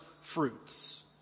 fruits